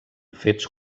fets